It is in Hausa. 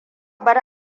bar